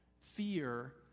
fear